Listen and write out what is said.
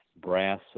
brass